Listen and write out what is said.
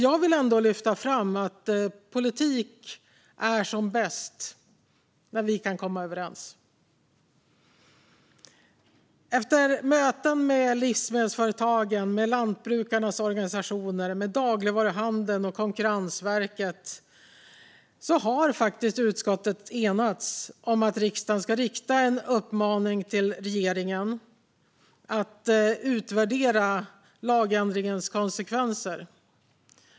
Jag vill ändå lyfta fram att politik är som bäst när vi kan komma överens. Efter möten med livsmedelsföretagen, lantbrukarnas organisationer, dagligvaruhandeln och Konkurrensverket har utskottet faktiskt enats om att riksdagen ska rikta en uppmaning till regeringen att utvärdera lagändringens konsekvenser.